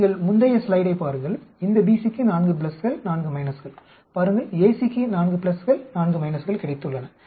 நீங்கள் முந்தைய ஸ்லைடைப் பாருங்கள் இந்த BC க்கு 4 கள் 4 கள் பாருங்கள் AC க்கு 4 கள் 4 கள் கிடைத்துள்ளன